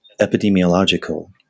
epidemiological